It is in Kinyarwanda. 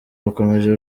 bakomeje